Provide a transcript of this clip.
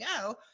go